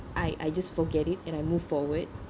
I I just forget it and I move forward